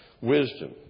Wisdom